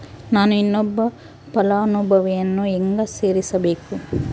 ನಾನು ಇನ್ನೊಬ್ಬ ಫಲಾನುಭವಿಯನ್ನು ಹೆಂಗ ಸೇರಿಸಬೇಕು?